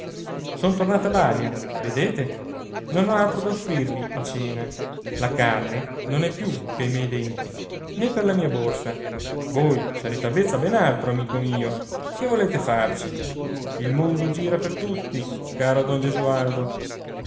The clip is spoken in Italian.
son tornato a balia vedete non ho altro da offrirvi a cena la carne non è più pei miei denti né per la mia borsa voi sarete avvezzo a ben altro amico mio che volete farci il mondo gira per tutti caro don gesualdo